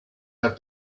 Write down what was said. have